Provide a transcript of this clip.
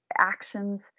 actions